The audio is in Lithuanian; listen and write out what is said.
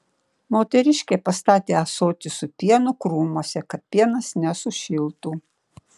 moteriškė pastatė ąsotį su pienu krūmuose kad pienas nesušiltų